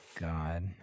God